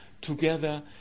together